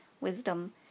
wisdom